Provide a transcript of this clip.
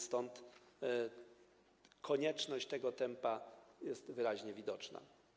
Stąd konieczność tego tempa jest wyraźnie widoczna.